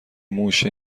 موش